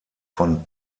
von